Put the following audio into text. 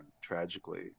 tragically